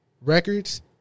records